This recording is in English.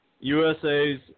USA's